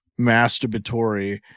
masturbatory